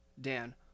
Dan